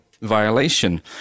violation